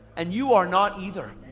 and you are not either.